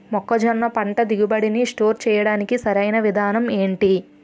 మొక్కజొన్న పంట దిగుబడి నీ స్టోర్ చేయడానికి సరియైన విధానం ఎంటి?